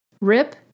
Rip